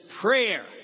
prayer